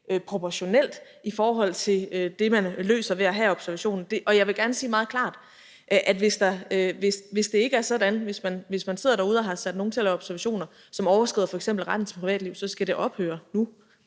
proportionelt i forhold til det, man løser ved at have observationen. Og jeg vil gerne sige meget klart, at hvis det ikke er sådan, altså hvis man sidder derude og har sat nogle til at lave observationer, som f.eks. overskrider retten til privatliv, så skal det ophøre nu.